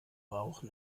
rauchen